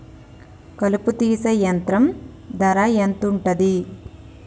కలుపు తీసే యంత్రం ధర ఎంతుటది?